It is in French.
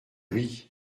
oui